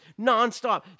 nonstop